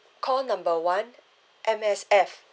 call number one M_S_F